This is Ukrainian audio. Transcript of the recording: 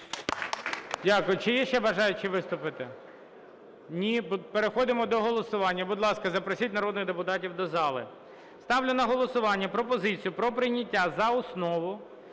Дякую. Чи є ще бажаючі виступити? Ні. Переходимо до голосування. Будь ласка, запросіть народних депутатів до зали. Ставлю на голосування пропозицію про прийняття за основу